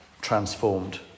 transformed